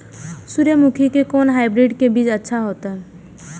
सूर्यमुखी के कोन हाइब्रिड के बीज अच्छा होते?